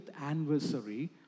anniversary